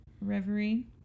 reverie